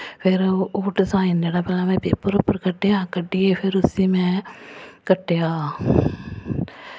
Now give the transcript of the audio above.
फिर ओह् डिजाइन जेह्ड़ा भला में पेपर उप्पर कड्डेआ कड्डियै फिर उस्सी में कट्टेआ